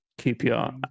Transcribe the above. QPR